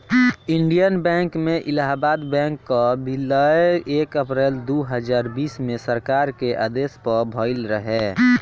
Indian bank में Allahabad bank कअ विलय एक अप्रैल दू हजार बीस में सरकार के आदेश पअ भयल रहे